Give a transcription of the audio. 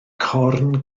corn